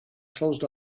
closed